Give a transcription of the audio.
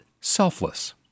selfless